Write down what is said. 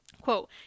Quote